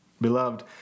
Beloved